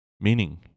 Meaning